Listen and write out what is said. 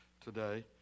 today